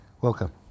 Welcome